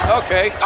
okay